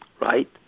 right